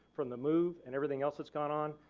from the move and everything else that's gone on.